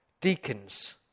deacons